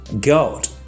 God